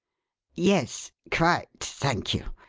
yes quite, thank you.